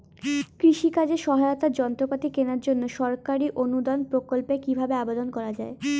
কৃষি কাজে সহায়তার যন্ত্রপাতি কেনার জন্য সরকারি অনুদান প্রকল্পে কীভাবে আবেদন করা য়ায়?